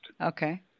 Okay